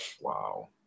Wow